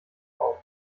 auf